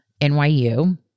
NYU